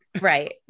right